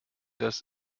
das